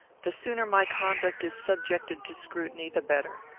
the sooner my conduct is subjected to scrutiny, the better.